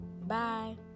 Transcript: Bye